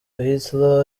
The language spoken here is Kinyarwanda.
hitler